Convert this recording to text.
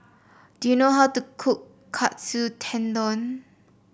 do you know how to cook Katsu Tendon